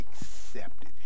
accepted